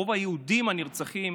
רוב היהודים הנרצחים,